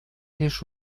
лишь